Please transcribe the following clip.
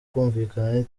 kumvikana